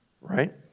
Right